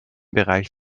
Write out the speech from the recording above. bereich